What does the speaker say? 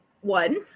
one